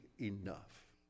enough